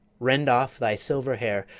rent off thy silver hair,